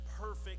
perfect